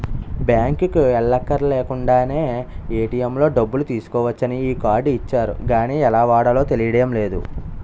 బాంకుకి ఎల్లక్కర్లేకుండానే ఏ.టి.ఎం లో డబ్బులు తీసుకోవచ్చని ఈ కార్డు ఇచ్చారు గానీ ఎలా వాడాలో తెలియడం లేదు